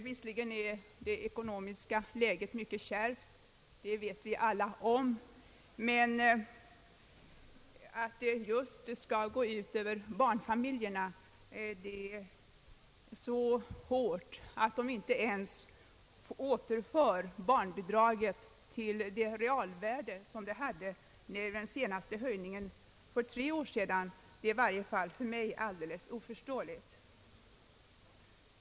Visserligen är det ekonomiska läget mycket kärvt — det vet vi alla — men att det skulle gå ut så hårt just över barnfamiljerna, att man inte ens återför barnbidraget till det realvärde som det fick vid den senaste höjningen för tre år sedan, det är i varje fall för mig alldeles oförståeligt.